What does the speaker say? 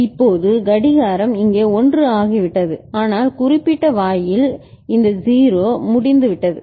இப்போது கடிகாரம் இங்கே 1 ஆகிவிட்டது ஆனால் இந்த குறிப்பிட்ட வாயில் இந்த 0 முடிந்துவிட்டது